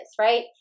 right